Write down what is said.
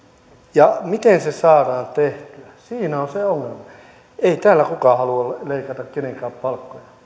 ja miten se saadaan tehtyä siinä on se ongelma ei täällä kukaan halua leikata kenenkään palkkoja